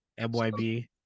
MYB